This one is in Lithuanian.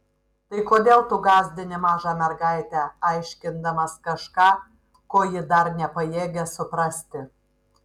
tai kodėl tu gąsdini mažą mergaitę aiškindamas kažką ko ji dar nepajėgia suprasti